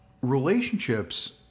relationships